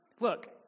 Look